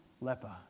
leper